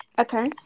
Okay